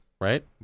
Right